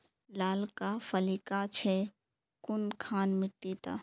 लालका फलिया छै कुनखान मिट्टी त?